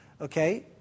Okay